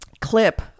clip